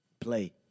play